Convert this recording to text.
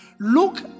Look